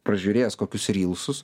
pražiūrėjęs kokius rylsus